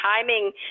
timing